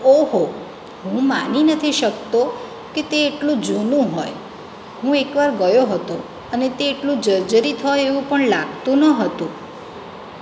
ઓહો હું માની નથી શકતો કે તે એટલું જૂનું હોય હું એક વાર ગયો હતો અને તે એટલું જર્જરિત હોય એવું પણ લાગતું ન હતું